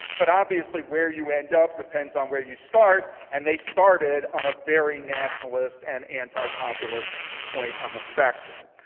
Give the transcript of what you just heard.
but obviously where you end up depends on where you start. and they started on a very nationalist and antipopulist point on the spectrum.